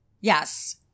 Yes